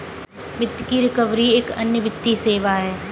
वित्त की रिकवरी एक अन्य वित्तीय सेवा है